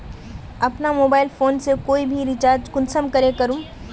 अपना mobile phone से कोई भी रिचार्ज कुंसम करे करूम?